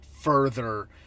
further